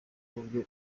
uburyo